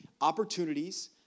opportunities